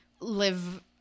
live